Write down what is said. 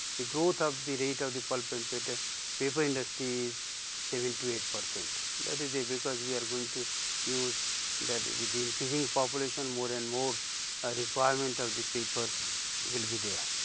the growth of the rate of the pulp and but paper industry is seven to eight percent that is the, because we are going to use and that with the increasing population more and more a requirement of the paper will be there.